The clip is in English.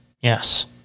Yes